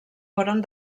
foren